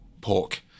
pork